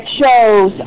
shows